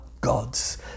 gods